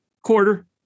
quarter